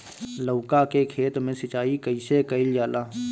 लउका के खेत मे सिचाई कईसे कइल जाला?